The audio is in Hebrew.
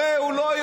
הרי הוא לא,